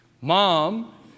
Mom